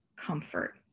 comfort